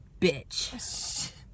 bitch